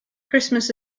christmas